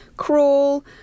crawl